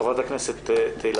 חברת הכנסת תהלה